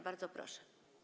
Bardzo proszę.